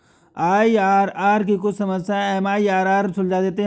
IRR की कुछ समस्याएं एम.आई.आर.आर सुलझा देता है